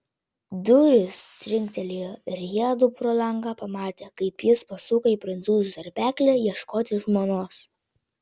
durys trinktelėjo ir jiedu pro langą pamatė kaip jis pasuko į prancūzų tarpeklį ieškoti žmonos